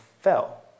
fell